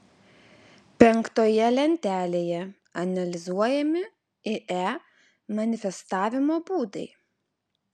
penktoje lentelėje analizuojami ie manifestavimo būdai